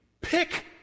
Pick